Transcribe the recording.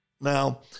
Now